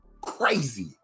Crazy